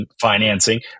financing